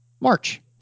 March